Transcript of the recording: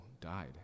died